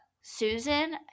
susan